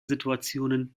situationen